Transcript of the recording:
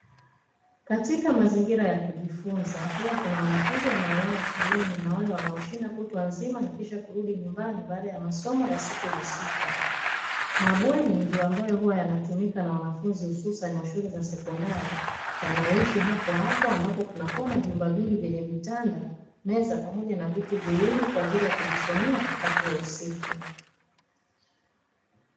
Katika mazingira ya kujifunza huwa kuna wanafunzi wanaolala shuleni na wale wanaoshinda kutwa nzima na kisha kurudi nyumbani baada ya masomo ya siku husika. Mabweni ndiyo ambayo huwa yanatumika na wanafunzi hususani wa shule za sekondari wanaoishi hapohapo ambapo kuna vyumba vingi vyenye vitanda, meza pamoja na viti viwili kwa ajili ya kujismomea wakati wa usiku.